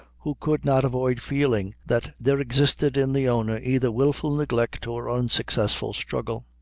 who could not avoid feeling that there existed in the owner either wilful neglect or unsuccessful struggle.